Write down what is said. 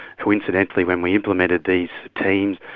coincidentally when we implemented these teams,